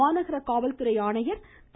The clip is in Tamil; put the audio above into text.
மாநகர காவல் ஆணையர் திரு